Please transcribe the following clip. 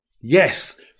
yes